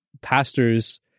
pastors